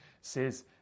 says